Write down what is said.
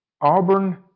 Auburn